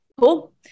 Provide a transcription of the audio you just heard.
Cool